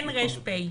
אין ר"פ.